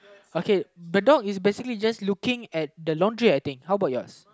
okay the dog is basically just looking at the laundry I think how about yours